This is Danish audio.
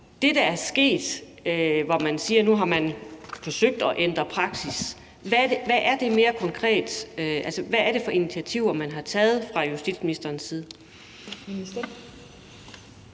konkret er sket, når man siger, at man nu har forsøgt at ændre praksis? Altså, hvad er det for initiativer, man har taget fra justitsministerens side?